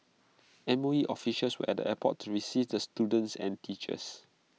M O E officials were at the airport to receive the students and teachers